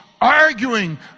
arguing